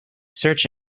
search